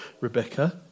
Rebecca